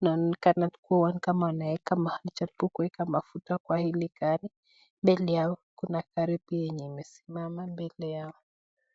wanaonekana kuwa wanaeka mahali wanajaribu kuweka mafuta kwa hii gari, mbele yake pia kuna gari yenye imesimama mbele yao.